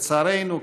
לצערנו,